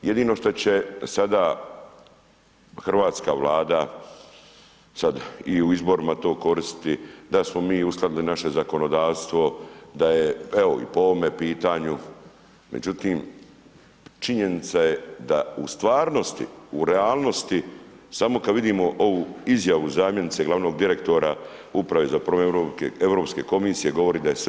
Jedino šta će sada Hrvatska vlada sad i u izborima to koristiti da smo mi uskladili naše zakonodavstvo, da je evo i po ovome pitanju, međutim činjenica je da u stvarnosti, u realnosti samo kad vidimo ovu izjavu zamjenice glavnog direktora Uprave za promet Europske komisije govori da je sve